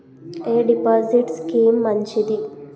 ఎ deposit scheme మంచిది?